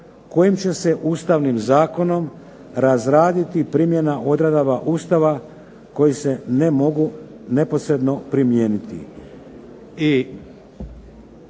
kojim će se Ustavnim zakonom razraditi primjena odredaba Ustava koji se ne mogu neposredno primijeniti.